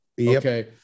Okay